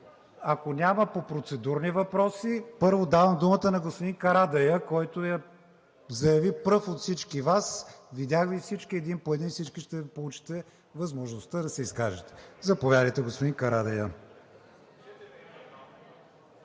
Ако няма по процедурни въпроси, първо давам думата на господин Карадайъ, който я заяви пръв от всички Вас. Видях Ви всички. Един по един всички ще получите възможността да се изкажете. Заповядайте, господин Карадайъ.